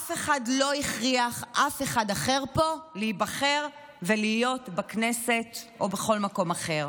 אף אחד לא הכריח אף אחד אחר פה להיבחר ולהיות בכנסת או בכל מקום אחר.